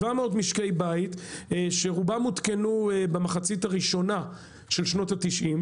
700 משקי בית שרובם הותקנו במחצית הראשונה של שנות ה-90,